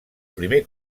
primer